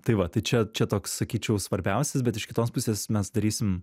tai va tai čia čia toks sakyčiau svarbiausias bet iš kitos pusės mes darysim